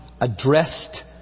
addressed